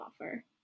offer